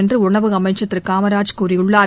என்று உணவு அமைச்சர் திரு காமராஜ் கூறியுள்ளார்